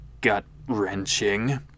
gut-wrenching